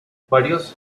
varios